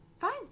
Fine